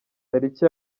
tariki